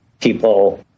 people